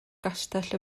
gastell